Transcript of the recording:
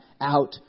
out